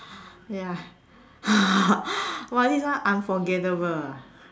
ya !wah! this one unforgettable ah